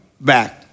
back